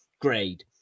grade